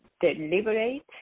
deliberate